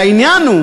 העניין הוא